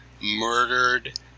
murdered